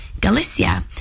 Galicia